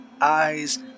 eyes